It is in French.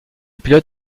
pilote